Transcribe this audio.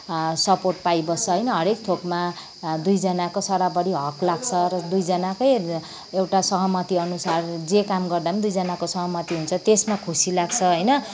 support पाइबस्छ होइन हरेक थोकमा दुईजनाको सराबरी हक लाग्छ र दुईजनाकै एउटा सहमतिअनुसार जे काम गर्दा पनि दुईजनाको सहमति हुन्छ त्यसमा खुसी लाग्छ होइन